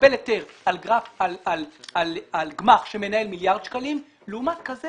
לקבל היתר על גמ"ח שמנהל מיליארד שקלים לעומת כזה